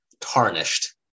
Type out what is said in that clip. tarnished